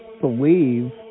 believe